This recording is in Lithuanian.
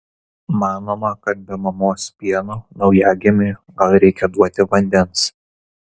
manoma kad be mamos pieno naujagimiui gal reikia duoti vandens